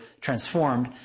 transformed